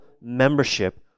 membership